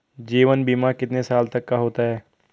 जीवन बीमा कितने साल तक का होता है?